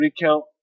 recount